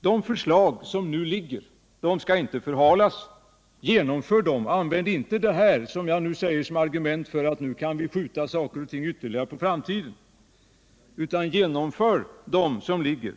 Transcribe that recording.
De förslag som ligger skall inte förhalas. Genomför dem! Använd inte det som jag nu säger såsom argument för att ni nu kan skjuta saker och ting ytterligare på framtiden, utan genomför de förslag som ligger.